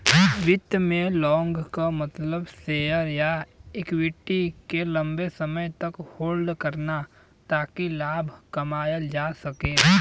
वित्त में लॉन्ग क मतलब शेयर या इक्विटी के लम्बे समय तक होल्ड करना ताकि लाभ कमायल जा सके